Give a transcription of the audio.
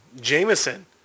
Jameson